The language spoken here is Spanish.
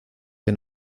que